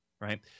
right